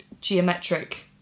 geometric